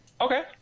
Okay